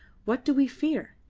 what do we fear?